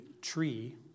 tree